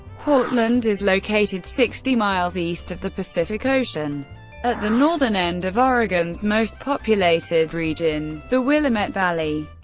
portland is located sixty miles east of the pacific ocean at the northern end of oregon's most populated region, the willamette valley.